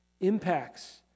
impacts